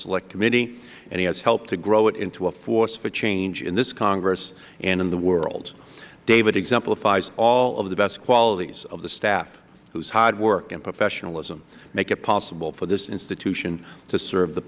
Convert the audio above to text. select committee and he has helped to grow it into a force for change in this congress and in the world david exemplifies all of the best qualities of the staff whose hard work and professionalism make it possible for this institution to serve the